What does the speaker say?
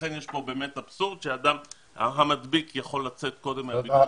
לכן יש פה באמת אבסורד שהאדם המדביק יכול לצאת קודם מהבידוד.